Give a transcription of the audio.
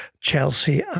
Chelsea